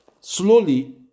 slowly